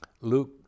Luke